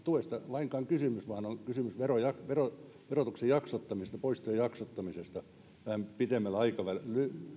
tuesta lainkaan kysymys vaan on kysymys verotuksen jaksottamisesta poistojen jaksottamisesta pitemmällä aikavälillä